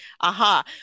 aha